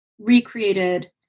recreated